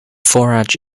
forage